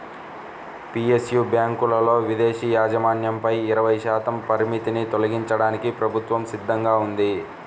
PSU బ్యాంకులలో విదేశీ యాజమాన్యంపై ఇరవై శాతం పరిమితిని తొలగించడానికి ప్రభుత్వం సిద్ధంగా ఉంది